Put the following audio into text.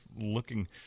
looking